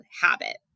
habit